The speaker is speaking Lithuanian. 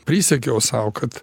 prisiekiau sau kad